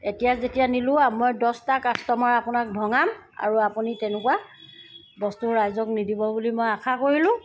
এতিয়া যেতিয়া নিলোঁ মই দছটা কাষ্টমাৰ আপোনাক ভঙাম আৰু আপুনি তেনেকুৱা বস্তু ৰাইজক নিদিব বুলি মই আশা কৰিলোঁ